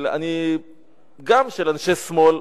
גם של אנשי שמאל,